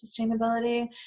sustainability